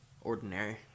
ordinary